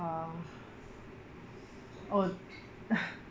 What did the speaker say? err oh